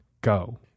go